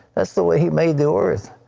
is the way he made the earth.